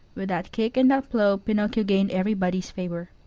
with that kick and that blow pinocchio gained everybody's favor.